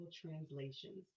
translations